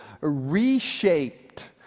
reshaped